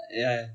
ya